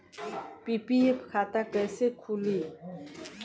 PPF खाता कैसे खुली?